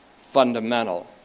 fundamental